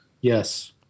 Yes